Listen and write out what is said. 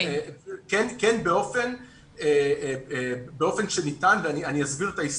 כן באופן שניתן ואני אסביר את ההסתייגות.